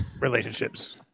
relationships